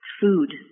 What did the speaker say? food